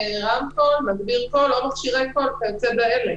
רמקול, מגביר קול או מכשירי קול" וכיוצא באלה.